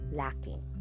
lacking